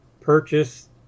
purchase